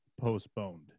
postponed